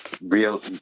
real